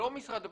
ומשרד האוצר.